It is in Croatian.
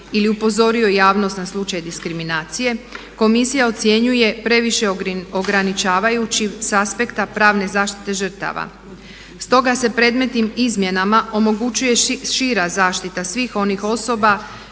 ili upozorio javnost na slučaj diskriminacije, komisija ocjenjuje previše ograničavajućim s aspekta pravne zaštite žrtava stoga se predmetnim izmjenama omogućuje šira zaštita svih onih osoba